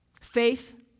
Faith